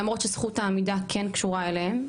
למרות שזכות העמידה כן קשורה אליהם,